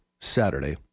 Saturday